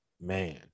man